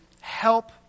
help